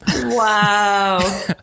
Wow